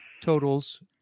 totals